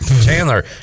Chandler